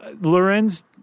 Lorenz